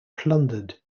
plundered